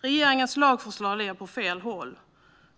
Regeringens lagförslag leder åt fel håll.